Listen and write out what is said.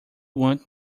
want